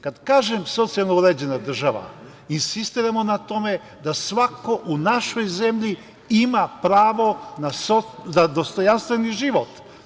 Kad kažem socijalno uređena država, insistiramo na tome da svako u našoj zemlji ima pravo na dostojanstveni život.